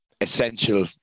essential